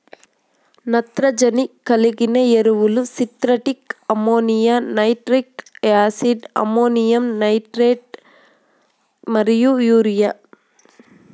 నత్రజని కలిగిన ఎరువులు synthetic ammonia, nitric acid, ammonium nitrate మరియు యూరియా